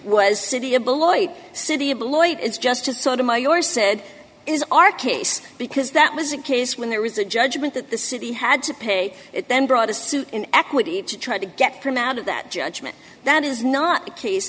was city of beloit city employee it's just sort of my your said is our case because that was the case when there was a judgment that the city had to pay it then brought a suit in equity to try to get from out of that judgment that is not the case